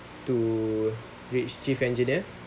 to reach chief engineer